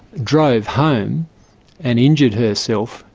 drove home and injured herself,